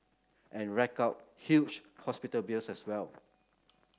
and rack up huge hospital bills as well